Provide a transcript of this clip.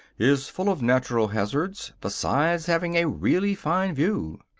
is full of natural hazards, besides having a really fine view.